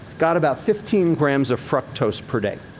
got about fifteen grams of fructose per day.